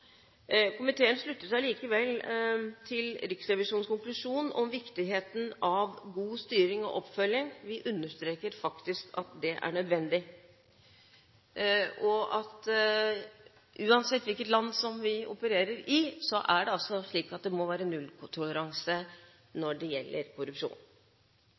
Komiteen slutter seg likevel til Riksrevisjonens konklusjon om viktigheten av god styring og oppfølging – vi understreker faktisk at det er nødvendig – og at uansett hvilket land vi opererer i, må det være nulltoleranse når det